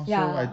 ya